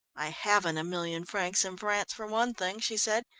i haven't a million francs in france, for one thing, she said,